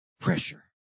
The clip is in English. Pressure